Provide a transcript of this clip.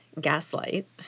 Gaslight